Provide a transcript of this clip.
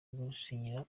gusinyira